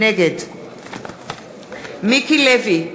נגד מיקי לוי,